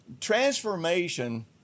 Transformation